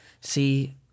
See